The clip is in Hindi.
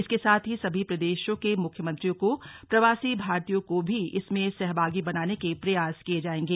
इसके साथ ही सभी प्रदेशों के मुख्यमंत्रियों को प्रवासी भारतीयों को भी इसमें सहभागी बनाने के प्रयास किये जायेंगे